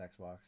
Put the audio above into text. Xbox